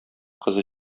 кызы